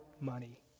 money